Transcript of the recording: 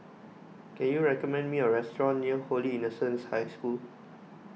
can you recommend me a restaurant near Holy Innocents' High School